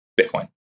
Bitcoin